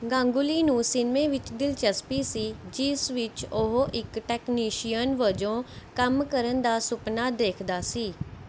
ਗਾਂਗੁਲੀ ਨੂੰ ਸਿਨਮੇ ਵਿੱਚ ਦਿਲਚਸਪੀ ਸੀ ਜਿਸ ਵਿੱਚ ਉਹ ਇੱਕ ਟੈਕਨੀਸ਼ੀਅਨ ਵਜੋਂ ਕੰਮ ਕਰਨ ਦਾ ਸੁਪਨਾ ਦੇਖਦਾ ਸੀ